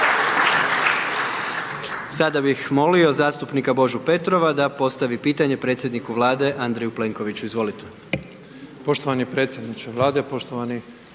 Sada bih molio zastupnika Božu Petrova da postavi pitanje predsjedniku Vlade Andreju Plenkoviću, izvolite. **Petrov, Božo (MOST)** Poštovani predsjedniče Vlade, poštovani